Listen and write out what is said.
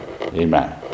amen